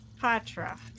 patra